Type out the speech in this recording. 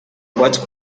what